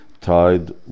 tied